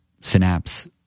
synapse